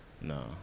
No